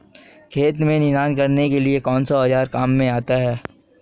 खेत में निनाण करने के लिए कौनसा औज़ार काम में आता है?